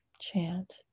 chant